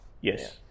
Yes